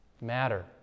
matter